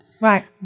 Right